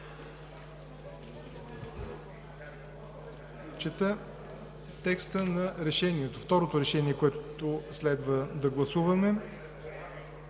Чета текста на второто решение, което следва да гласуваме